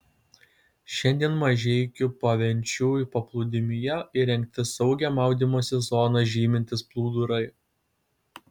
šiandien mažeikių pavenčių paplūdimyje įrengti saugią maudymosi zoną žymintys plūdurai